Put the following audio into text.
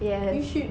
yes